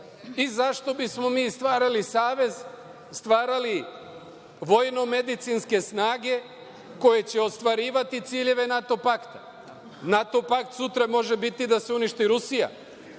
Zašto bismo mi stvarali savez, stvarali vojno-medicinske snage koje će ostvarivati ciljeve NATO pakt. NATO pakt sutra može biti da se uništi Rusija.